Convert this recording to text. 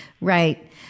Right